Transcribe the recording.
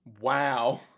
Wow